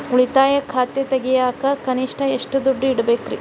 ಉಳಿತಾಯ ಖಾತೆ ತೆಗಿಯಾಕ ಕನಿಷ್ಟ ಎಷ್ಟು ದುಡ್ಡು ಇಡಬೇಕ್ರಿ?